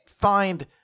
find